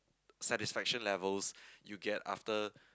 satisfaction levels you get after